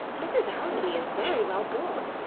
mrs. allonby is very well born.